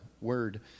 word